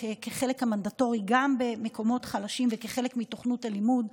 כחלק מנדטורי גם במקומות חלשים וכחלק מתוכנית הלימוד,